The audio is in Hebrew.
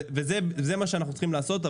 זה מה שאנחנו צריכים לעשות.